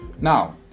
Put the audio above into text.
Now